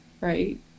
right